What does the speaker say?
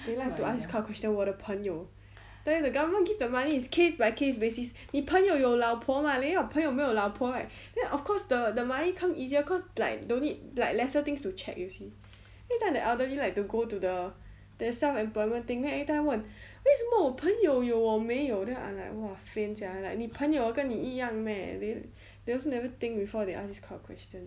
they like to ask this kind of question 我的朋友 tell you the government give the money is case by case basis 你朋友有老婆 mah then 你朋友没有老婆 right then of course the the money come easier cause like don't need like lesser things to check you see then the elderly like to go to the their self employment thing then every time 问为什么我朋友有我没有 then I'm like !wah! faint sia like 你朋友跟你一样 meh they also never think before they ask this kind of question